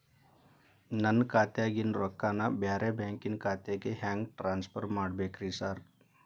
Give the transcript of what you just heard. ನನ್ನ ಖಾತ್ಯಾಗಿನ ರೊಕ್ಕಾನ ಬ್ಯಾರೆ ಬ್ಯಾಂಕಿನ ಖಾತೆಗೆ ಹೆಂಗ್ ಟ್ರಾನ್ಸ್ ಪರ್ ಮಾಡ್ಬೇಕ್ರಿ ಸಾರ್?